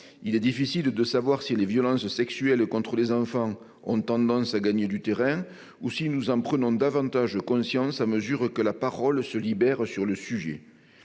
il est difficile de savoir si les violences sexuelles contre les enfants ont tendance à gagner du terrain, ou si nous en prenons davantage conscience à mesure que la parole se libère sur le sujet.